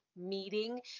meeting